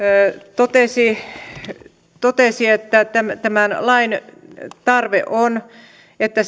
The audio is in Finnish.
totesi totesi että tämän tämän lain tarve on että